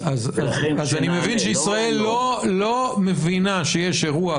אז אני מבין שישראל לא מבינה שיש אירוע